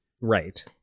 Right